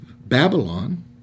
Babylon